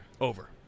Over